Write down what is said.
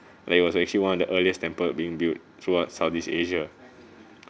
like it was actually one of the earliest temple being built throughout southeast asia